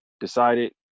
decided